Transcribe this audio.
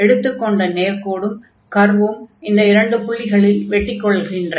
எடுத்துக் கொண்ட நேர்க்கோடும் கர்வும் இந்த இரண்டு புள்ளிகளில் வெட்டிக் கொள்கின்றன